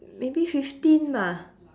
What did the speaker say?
maybe fifteen bah